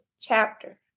chapter